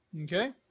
Okay